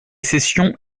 cessions